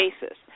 basis